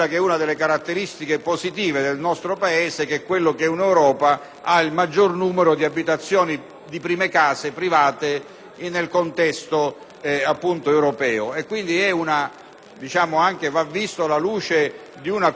di prime case private nel contesto europeo. Occorre cioè considerare una connotazione del nostro tessuto sociale che, come si suol dire in gergo, è molto legato al mattone